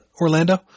Orlando